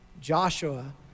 Joshua